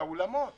שהאולמות